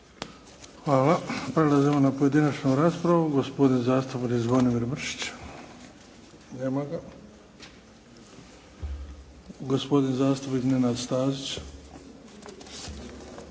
Hvala. Prelazimo na pojedinačnu raspravu. Gospodin zastupnik Zvonimir Mršić. Nema ga. Gospodin zastupnik Nenad Stazić.